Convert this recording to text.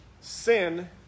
Sin